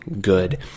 good